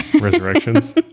Resurrections